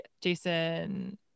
Jason